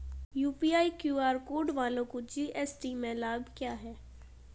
UPI QR code वालों को GST में लाभ क्या है?